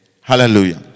Hallelujah